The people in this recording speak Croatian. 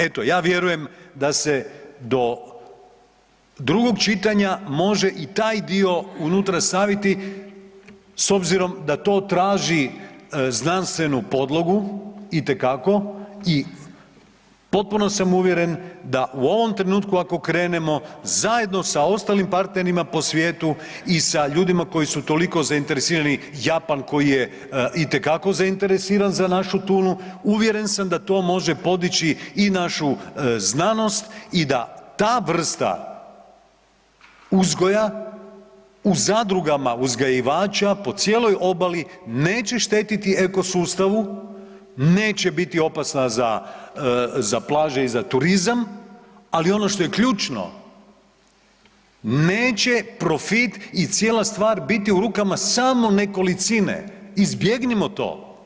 Eto, ja vjerujem da se do drugog čitanja može i taj dio unutra staviti s obzirom da to traži znanstvenu podlogu itekako i potpuno sam uvjeren da u ovom trenutku ako krenemo zajedno sa ostalim partnerima po svijetu i sa ljudima koji su toliko zainteresirani, Japan koji je itekako zainteresiran za našu tunu uvjeren sam da to može podići i našu znanost i da ta vrsta uzgoja u zadrugama uzgajivača po cijeloj obali neće štetiti eko sustavu, neće biti opasna za plaže i za turizam, ali ono što je ključno, neće profit i cijela stvar biti u rukama samo nekolicine, izbjegnimo to.